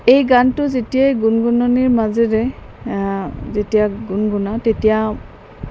এই গানটো যেতিয়াই গুনগুননিৰ মাজেৰে যেতিয়া গুনগুনাও তেতিয়া